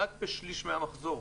רק בשליש מהמחזור,